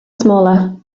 smaller